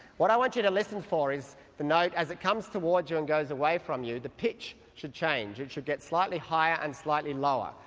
what i want you to listen for is the note as it comes towards you and goes away from you the pitch should change, it should get slightly higher and slightly lower,